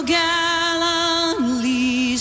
gallantly